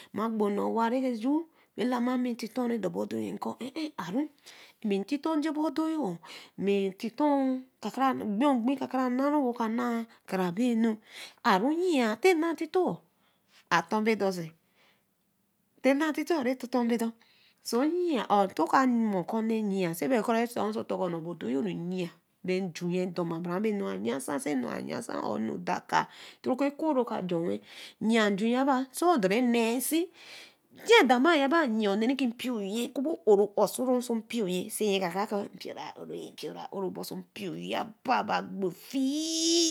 Ma gbo nne owa ra ja ra lamani titon ra dama odo ko aru, ntito nije bo odoye Kakara gben obe ka na Karabı aru yian te na ntito co, aton anu, ton bidoo oyia to ka mo okonne yia so kra ten so tor odoyo φία bae njunye doe me doma torere ayansa or anu dakar eko ra ka den wen yian nju yaba to dere nee nsin chey do ma naba yian oneè ra kin mpio re kobo oro soe mpio ye sai ebaraker mpio ra oro mpio ra oro but mpio ye aba gbo fie.